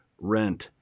rent